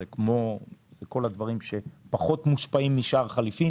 זה כמו הדברים שפחות מושפעים משער חליפין